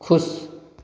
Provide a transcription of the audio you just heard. खुश